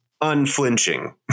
unflinching